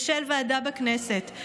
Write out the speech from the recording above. ועל ועדה בכנסת.